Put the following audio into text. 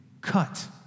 cut